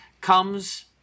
comes